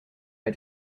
had